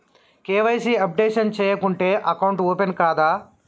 KYC updation చేయకుంటే account open కాదా?